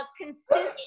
consistent